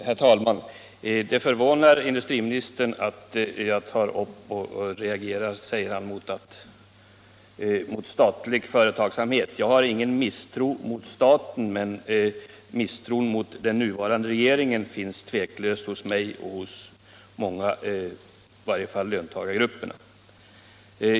Herr talman! Det förvånar industriministern att jag reagerar, som han säger, mot statlig företagsamhet. Jag hyser ingen misstro mot staten, men misstro mot den nuvarande regeringen finns tveklöst hos mig och många andra, i varje fall i löntagargrupperna.